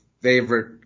favorite